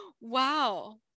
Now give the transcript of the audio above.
wow